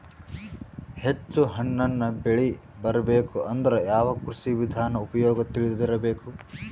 ಹೆಚ್ಚು ಹಣ್ಣನ್ನ ಬೆಳಿ ಬರಬೇಕು ಅಂದ್ರ ಯಾವ ಕೃಷಿ ವಿಧಾನ ಉಪಯೋಗ ತಿಳಿದಿರಬೇಕು?